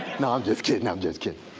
um just kidding, i'm just kidding.